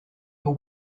for